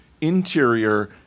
interior